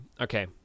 Okay